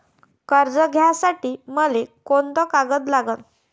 कर्ज घ्यासाठी मले कोंते कागद लागन?